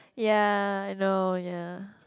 ya know ya